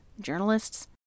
journalists